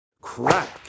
crack